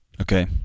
Okay